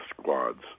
squads